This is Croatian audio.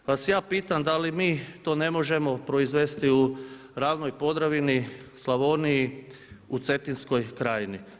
Pa vas ja pitam da li mi to ne možemo proizvesti u ravnoj Podravini, Slavoniji, u Cetinskoj krajini?